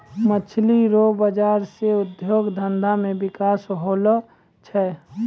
मछली रो बाजार से उद्योग धंधा मे बिकास होलो छै